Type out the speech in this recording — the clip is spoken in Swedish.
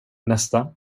nästa